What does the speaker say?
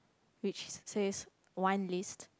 which says wine list